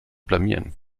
blamieren